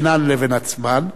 בינן לבין עצמן,